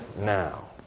now